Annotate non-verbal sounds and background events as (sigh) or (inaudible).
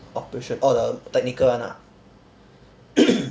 operation oh the technical one ah (coughs)